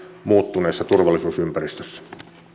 muuttuneessa turvallisuusympäristössä